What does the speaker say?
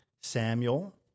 Samuel